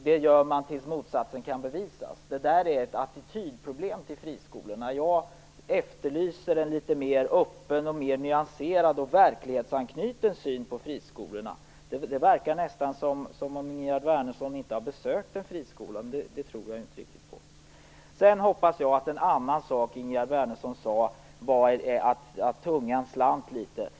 Detta anser man tills motsatsen kan bevisas. Det är ett attitydproblem gentemot friskolorna. Jag efterlyser en litet mer öppen, nyanserad och verklighetsanknuten syn på friskolorna. Det verkar nästan som om Ingegerd Wärnersson inte har besökt en friskola, fast det tror jag inte riktigt på. Sedan hoppas jag att en annan sak som Ingegerd Wärnersson sade kom sig av att tungan slant litet grand.